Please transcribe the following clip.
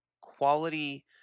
quality